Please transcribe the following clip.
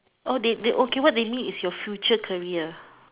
oh they they okay what they mean is your future career